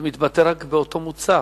מתבטא רק באותו מוצר.